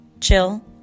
Chill